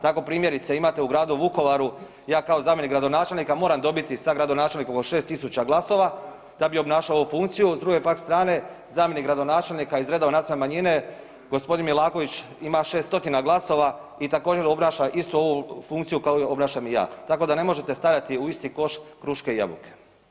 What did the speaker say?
Tako primjerice imate u gradu Vukovaru, ja kao zamjenik gradonačelnika moram dobiti sa gradonačelnikom 6000 glasova da bi obnašao ovu funkciju, s druge pak strane zamjenik gradonačelnika iz redova nacionalne manjine g. Milaković ima 600 glasova i također obnaša istu ovu funkciju koju obnašam i ja, tako da ne možete stavljati u isti koš kruške i jabuke.